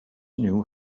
knew